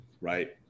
right